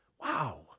Wow